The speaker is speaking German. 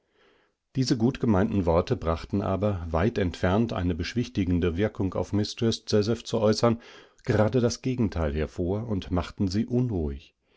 diese gutgemeinten worte brachten aber weit entfernt eine beschwichtigende wirkung auf mistreß jazeph zu äußern gerade das gegenteil hervor und machten sie unruhig